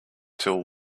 till